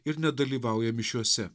ir nedalyvauja mišiose